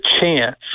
chance